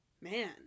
Man